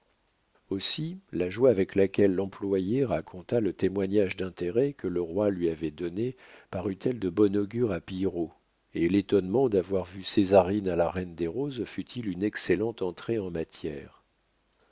aussi la joie avec laquelle l'employé raconta le témoignage d'intérêt que le roi lui avait donné parut elle de bon augure à pillerault et l'étonnement d'avoir vu césarine à la reine des roses fut-il une excellente entrée en matière